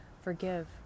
Forgive